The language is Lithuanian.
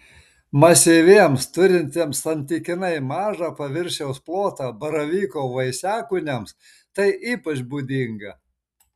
masyviems turintiems santykinai mažą paviršiaus plotą baravyko vaisiakūniams tai ypač būdinga